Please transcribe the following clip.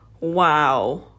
Wow